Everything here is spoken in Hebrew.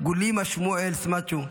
גולימה שמואל סמצ'או,